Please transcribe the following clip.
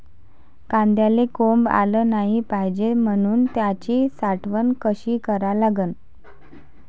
कांद्याले कोंब आलं नाई पायजे म्हनून त्याची साठवन कशी करा लागन?